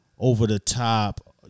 over-the-top